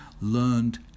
learned